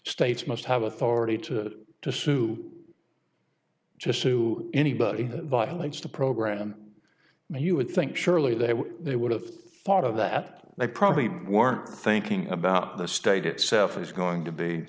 states must have authority to to sue to sue anybody that violates the program you would think surely they would they would have thought of that they probably weren't thinking about the state itself is going to be